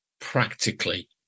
practically